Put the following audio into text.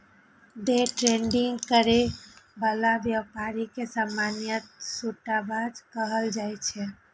day trading करै बला व्यापारी के सामान्यतः सट्टाबाज कहल जाइ छै